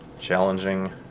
challenging